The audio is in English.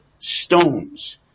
stones